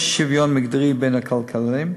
יש שוויון מגדרי בין הכלכלנים,